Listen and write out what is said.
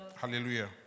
Hallelujah